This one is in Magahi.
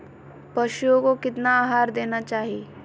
पशुओं को कितना आहार देना चाहि?